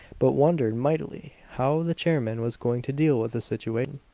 but wondered mightily how the chairman was going to deal with the situation.